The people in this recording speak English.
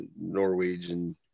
norwegian